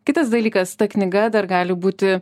kitas dalykas ta knyga dar gali būti